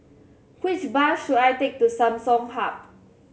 which bus should I take to Samsung Hub